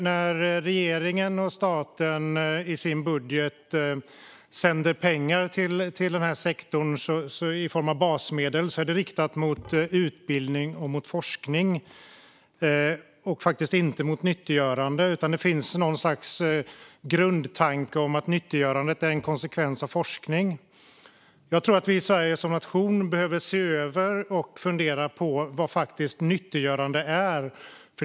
När regeringen och staten i sin budget sänder pengar till denna sektor i form av basmedel är det riktat mot utbildning och forskning men faktiskt inte mot nyttiggörande. Det finns ett slags grundtanke om att nyttiggörandet är en konsekvens av forskning. Jag tror att vi i Sverige som nation behöver se över och fundera på vad nyttiggörande faktiskt är.